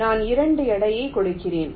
எனவே நான் 2 எடையைக் கொடுக்கிறேன்